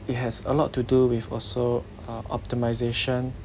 it has a lot to do with also uh optimisation